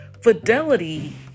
fidelity